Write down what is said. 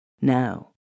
Now